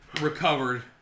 recovered